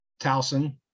towson